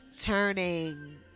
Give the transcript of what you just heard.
turning